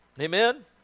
Amen